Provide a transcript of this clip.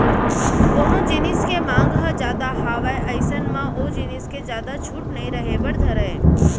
कोनो जिनिस के मांग ह जादा हावय अइसन म ओ जिनिस के जादा छूट नइ रहें बर धरय